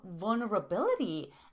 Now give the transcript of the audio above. vulnerability